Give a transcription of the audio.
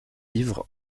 ivre